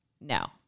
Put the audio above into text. no